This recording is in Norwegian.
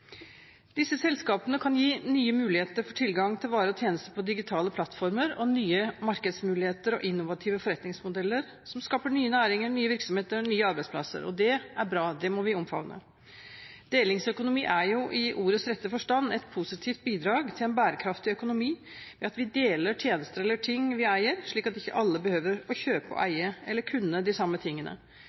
Disse selskapene kan gi nye muligheter for tilgang til varer og tjenester på digitale plattformer og nye markedsmuligheter og innovative forretningsmodeller som skaper nye næringer, nye virksomheter og nye arbeidsplasser. Det er bra, det må vi omfavne. Delingsøkonomi er i ordets rette forstand et positivt bidrag til en bærekraftig økonomi ved at vi deler tjenester eller ting vi eier, slik at ikke alle behøver å kjøpe og eie eller å kunne de samme tingene